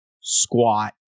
squat